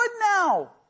now